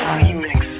remix